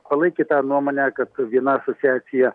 palaikė tą nuomonę kad viena asociacija